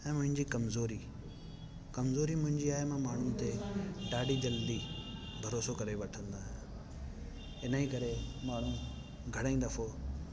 ऐं मुंहिंजी कमज़ोरी कमज़ोरी मुंहिंजी आहे मां माण्हुनि ते ॾाढी जल्दी भरोसो करे वठंदो आहियां इन्हीअ करे माण्हू घणेई दफ़ो